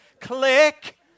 Click